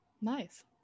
Nice